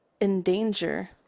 endanger